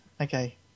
okay